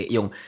Yung